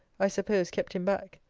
i suppose kept him back.